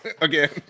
Again